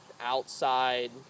outside